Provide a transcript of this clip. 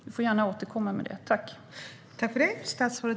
Han får gärna återkomma i fråga om det.